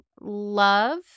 love